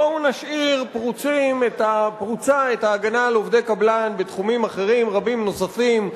בואו נשאיר פרוצה את ההגנה על עובדי קבלן בתחומים אחרים רבים נוספים,